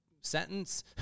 sentence